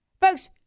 folks